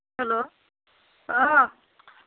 hello অ'